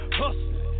hustling